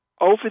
Over